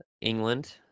England